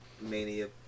mania